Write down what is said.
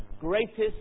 greatest